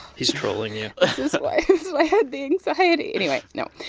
he's trolling you this is why i had the anxiety. anyway, no.